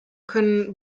können